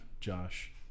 Josh